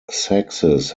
sexes